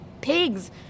pigs